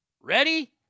Ready